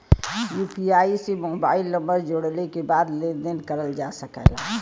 UPI से mobile number जोड़ले के बाद लेन देन करल जा सकल जाला